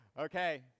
Okay